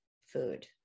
food